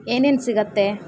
ಏನೇನು ಸಿಗತ್ತೆ